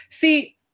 See